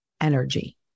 energy